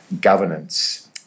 governance